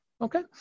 okay